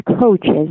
coaches